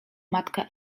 matka